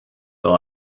fill